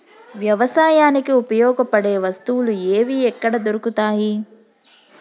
వ్యవసాయానికి ఉపయోగపడే వస్తువులు ఏవి ఎక్కడ దొరుకుతాయి?